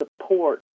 support